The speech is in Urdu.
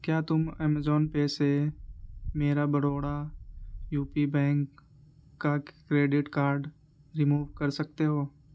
کیا تم امیزون پے سے میرا بروڑا یو پی بینک کا کریڈٹ کارڈ ریموو کر سکتے ہو